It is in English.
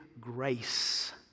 grace